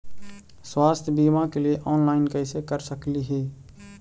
स्वास्थ्य बीमा के लिए ऑनलाइन कैसे कर सकली ही?